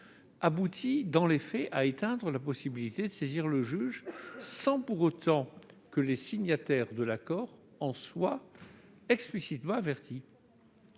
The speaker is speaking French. aboutit à éteindre la possibilité de saisir le juge sans pour autant que les signataires de l'accord en soient explicitement avertis.